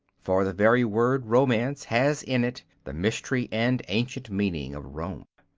for the very word romance has in it the mystery and ancient meaning of rome.